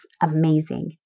amazing